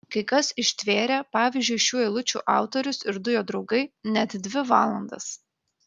kai kas ištvėrė pavyzdžiui šių eilučių autorius ir du jo draugai net dvi valandas